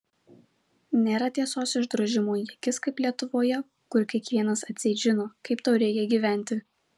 nėra tiesos išdrožimo į akis kaip lietuvoje kur kiekvienas atseit žino kaip tau reikia gyventi